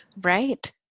Right